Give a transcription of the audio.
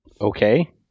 Okay